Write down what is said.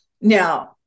Now